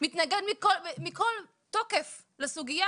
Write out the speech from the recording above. מכל תוקף לסוגיה,